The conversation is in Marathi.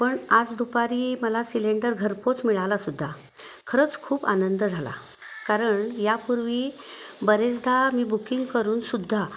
पण आज दुपारी मला सिलेंडर घरपोच मिळालासुद्धा खरंच खूप आनंद झाला कारण यापूर्वी बरेचदा मी बुकिंग करूनसुद्धा